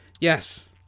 Yes